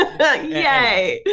Yay